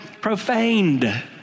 profaned